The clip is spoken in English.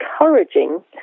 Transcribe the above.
encouraging